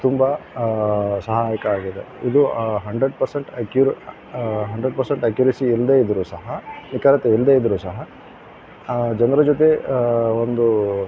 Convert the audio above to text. ತುಂಬ ಸಹಾಯಕ ಆಗಿದೆ ಇದು hundred percent accurate hundred percent accuracy ಇಲ್ಲದೇ ಇದ್ದರು ಸಹ ನಿಖರತೆ ಇಲ್ಲದೇ ಇದ್ದರು ಸಹ ಜನರ ಜೊತೆ ಒಂದು